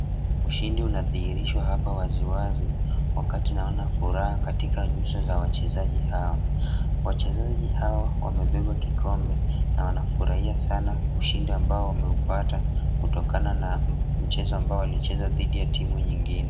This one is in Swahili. Ushindi unadhihirishwa hapa waziwazi, wakati naona furaha katika nyuso za wachezaji hawa. Wachezaji hawa wamebeba kikombe na wanafurahia sana ushindi ambao wameupata, kutokana na mchezo ambao walicheza dhidi ya timu nyingine.